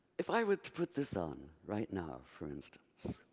if i were to put this on right now, for instance